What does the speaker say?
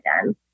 again